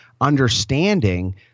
understanding